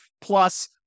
Plus